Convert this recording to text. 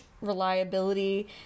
reliability